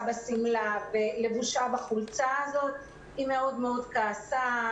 בשמלה אלא לבושה בחולצה הזאת היא מאוד מאוד כעסה.